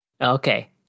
Okay